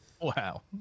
Wow